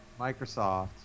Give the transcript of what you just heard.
Microsoft